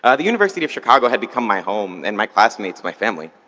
ah the university of chicago had become my home, and my classmates my family.